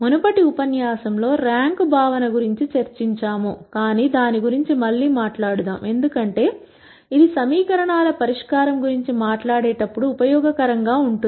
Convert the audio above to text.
మునుపటి ఉపన్యాసంలో ర్యాంక్ భావన గురించి చర్చించాము కాని దాని గురించి మళ్ళీ మాట్లాడుదాం ఎందుకంటే ఇది సమీకరణాల పరిష్కారం గురించి మాట్లాడేటప్పుడు ఉపయోగకరంగా ఉంటుంది